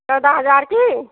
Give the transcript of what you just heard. चौदह हजार की